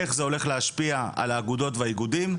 איך זה הולך להשפיע על האגודות והאיגודים.